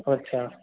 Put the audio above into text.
अच्छा